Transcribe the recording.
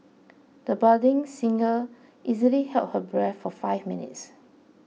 the budding singer easily held her breath for five minutes